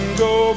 go